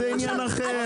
זה עניין אחר.